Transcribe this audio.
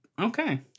Okay